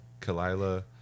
Kalila